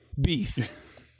Beef